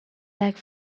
lack